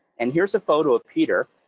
and here's a photo of peter,